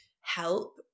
help